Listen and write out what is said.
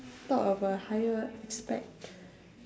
thought of a higher aspect